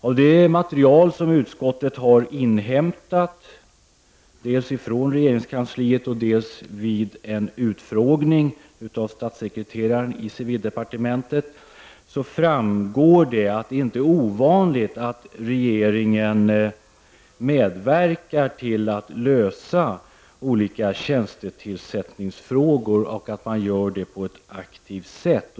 Av det material som utskottet har inhämtat dels från regeringskansliet, dels vid en utfrågning av statssekreteraren i civildepartementet framgår att det inte är ovanligt att re geringen medverkar till att lösa olika tjänstetillsättningsfrågor och att man gör det på ett aktivt sätt.